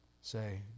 say